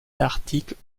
d’articles